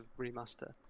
remaster